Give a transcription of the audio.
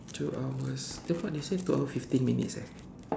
two hours then what they say two hours and fifteen minutes eh